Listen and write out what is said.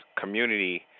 community